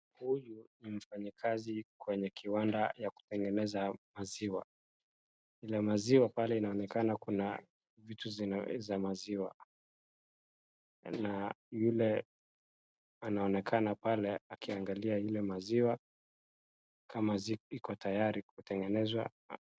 Huyu ni mfanyikazi kwenye kiwanda ya kutengeneza maziwa. Kuna maziwa pale inaonekana kuna vitu za maziwa, na yule anaonekana pale akiangalia ile maziwa, kama iko tayari kutengenezwa.